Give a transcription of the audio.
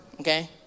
Okay